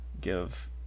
give